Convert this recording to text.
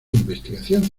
investigación